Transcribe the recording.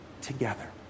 together